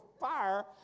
fire